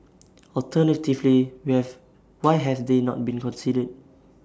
alternatively we have why have they not been considered